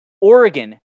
Oregon